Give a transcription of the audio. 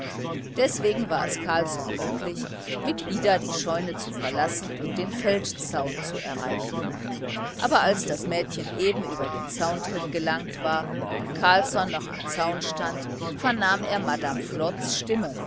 deswegen war es carlsson möglich mit ida die scheune zu verlassen und den feldzaun zu erreichen aber als das mädchen eben über den zauntritt gelangt war und carlsson noch am zaun stand vernahm er madame flods stimme